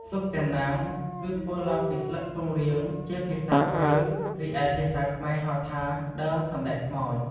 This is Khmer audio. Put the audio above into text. ស៊ុបចាណាងគឺធ្វើឡើងពីស្លឹកស៊ុងរៀង ជាភាសាព្រៅ រីឯភាសាខ្មែរហៅថាដើម សណ្តែកខ្មោច។